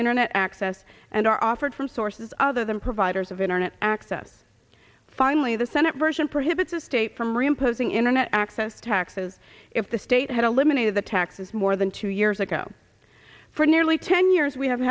internet access and are offered from sources other than providers of internet access finally the senate version prohibits the state from reimposing internet access taxes if the state had a limit of the taxes more than two years ago for nearly ten years we have